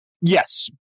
Yes